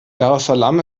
daressalam